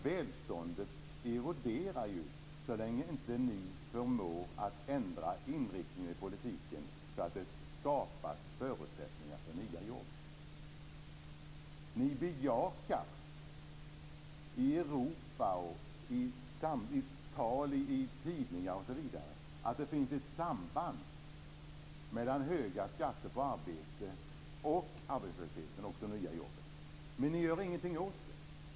Välståndet eroderar så länge inte Socialdemokraterna förmår ändra inriktning i politiken så att förutsättningar för nya jobb skapas. Ni socialdemokrater bejakar ute i Europa, i tidningar osv. att det finns ett samband mellan höga skatter på arbete och arbetslösheten och de nya jobben. Men ni gör ingenting åt det!